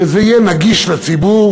שזה יהיה נגיש לציבור.